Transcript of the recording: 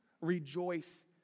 Rejoice